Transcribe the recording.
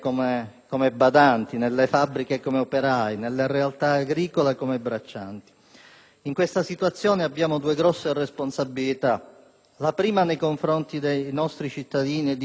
In questa situazione abbiamo due grosse responsabilità: la prima nei confronti dei nostri cittadini e di coloro che vivono onestamente in Italia, con il diritto che hanno e che abbiamo tutti alla sicurezza;